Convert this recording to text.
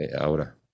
ahora